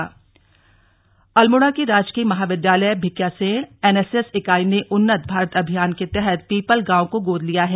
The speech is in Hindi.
उन्नत भारत अभियान अल्मोड़ा के राजकीय महाविद्यालय भिकियासैंण एनएसएस इकाई ने उन्नत भारत अभियान के तहत पीपलगांव को गोद लिया है